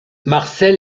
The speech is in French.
marcel